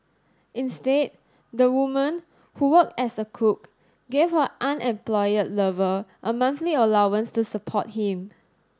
instead the woman who worked as a cook gave her unemployed lover a monthly allowance to support him